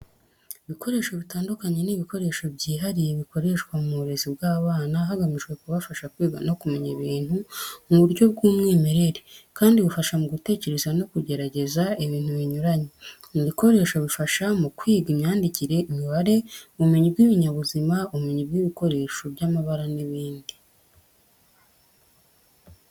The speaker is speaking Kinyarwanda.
Ibikoresho bitandukanye ni ibikoresho byihariye bikoreshwa mu burezi bw'abana hagamijwe kubafasha kwiga no kumenya ibintu mu buryo bw'umwimerere, kandi bufasha mu gutekereza no kugerageza ibintu binyuranye. Ibi bikoresho bifasha mu kwiga imyandikire, imibare, ubumenyi bw'ibinyabuzima, ubumenyi bw'ibikoresho by'amabara n'ibindi.